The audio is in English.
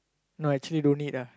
no actually don't need ah